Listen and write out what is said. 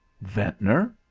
Ventnor